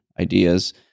ideas